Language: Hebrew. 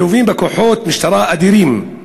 מלווים בכוחות משטרה אדירים,